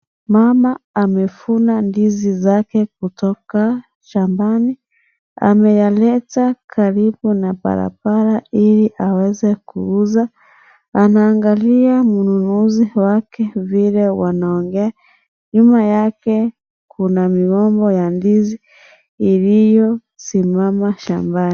Mama amevuna ndizi zake kutoka shambani ameyaleya karibu na barabara ili aweze kuuza, anaangalia mununuzi wake Kwa vile wanaongea, nyuma yake kuna migomba ya ndizi iliyosimama shambani.